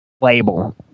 label